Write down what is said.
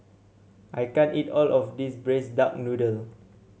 I can't eat all of this Braised Duck Noodle